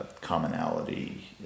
commonality